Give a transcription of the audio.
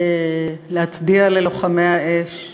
להצדיע ללוחמי האש,